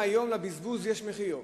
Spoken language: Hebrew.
מהיום לבזבוז יש מחיר.